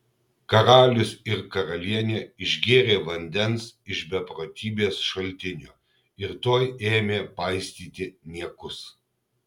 karalius ir karalienė išgėrė vandens iš beprotybės šaltinio ir tuoj ėmė paistyti niekus